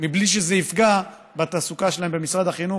בלי שזה יפגע בתעסוקה שלהם במשרד החינוך.